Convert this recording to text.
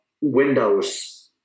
windows